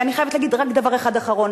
אני חייבת להגיד רק דבר אחד אחרון.